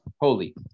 holy